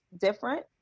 different